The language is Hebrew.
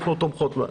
אנחנו תומכים בהן.